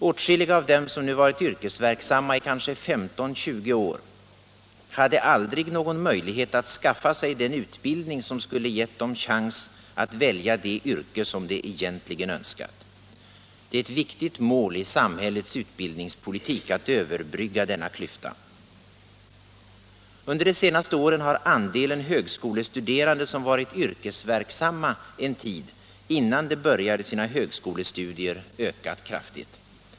Åtskilliga av dem som nu varit yrkesverksamma i kanske 15-20 år hade aldrig någon möjlighet att skaffa sig den utbildning som skulle gett dem chans att välja det yrke som de egentligen önskat. Det är ett viktigt mål i samhällets utbildningspolitik att överbrygga denna klyfta. Under de senaste åren har andelen högskolestuderande som varit yrkesverksamma en tid innan de började sina högskolestudier ökat kraftigt.